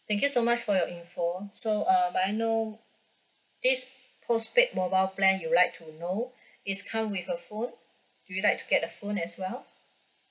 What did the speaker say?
thank you so much for your info so uh may I know this postpaid mobile plan you'd like to know is come with a phone do you like to get a phone as well